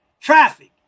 Traffic